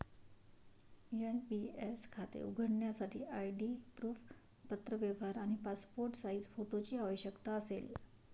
NPS खाते उघडण्यासाठी ID proof, पत्रव्यवहार आणि पासपोर्ट साइज फोटोची आवश्यकता असेल